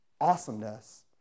awesomeness